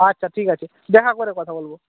আচ্ছা ঠিক আছে দেখা করে কথা বলব